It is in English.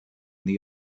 the